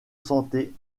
santé